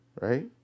Right